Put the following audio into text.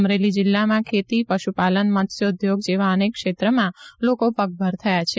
અમરેલી જિલ્લામાં ખેતી પશુપાલન મત્સ્યોઘોગ જેવા અનેક ક્ષેત્રમાં લોકો પગભર થયા છે